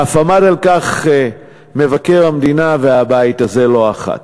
ואף עמדו על כך מבקר המדינה והבית הזה לא אחת.